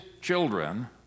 children